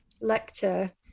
lecture